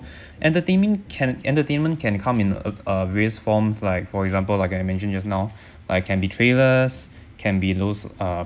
entertainment can entertainment can come in uh various forms like for example like I mentioned just now like can be trailers can be those uh